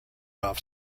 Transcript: off